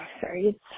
Sorry